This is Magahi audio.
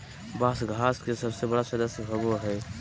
बाँस घास के सबसे बड़ा सदस्य होबो हइ